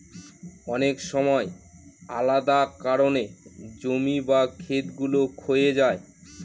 অনেক সময় আলাদা কারনে জমি বা খেত গুলো ক্ষয়ে যায়